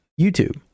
youtube